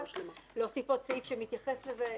להוסיף עוד סעיף שמתייחס לזה.